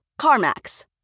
CarMax